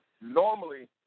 Normally